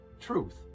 truth